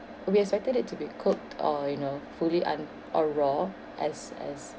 we expected it to be cooked uh you know fully un~ uh raw as as